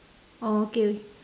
oh okay okay